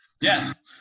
Yes